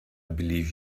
believe